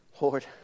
Lord